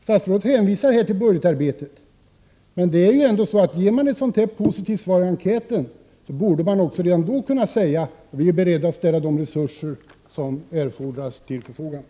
Statsrådet hänvisar till budgetarbetet. Men ger man ett sådant här positivt svar i enkäten, så borde man också redan då kunna säga: Vi är beredda att ställa de resurser som erfordras till förfogande.